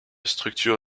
structure